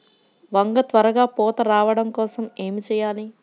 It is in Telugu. వంగ త్వరగా పూత రావడం కోసం ఏమి చెయ్యాలి?